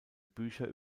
bücher